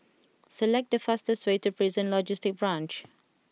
select the fastest way to Prison Logistic Branch